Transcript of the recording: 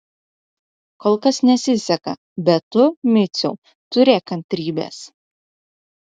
kol kas nesiseka bet tu miciau turėk kantrybės